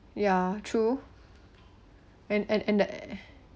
yeah true and and and the